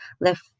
left